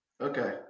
okay